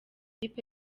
ikipe